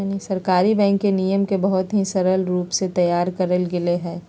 सहकारी बैंक के नियम के बहुत ही सरल रूप से तैयार कइल गैले हई